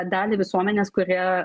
dalį visuomenės kuri